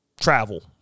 travel